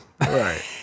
Right